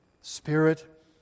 Spirit